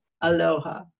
Aloha